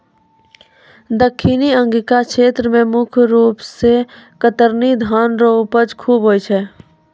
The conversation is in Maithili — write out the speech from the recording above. दक्खिनी अंगिका क्षेत्र मे मुख रूप से कतरनी धान रो उपज खूब होय छै